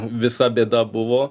visa bėda buvo